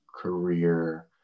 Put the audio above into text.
career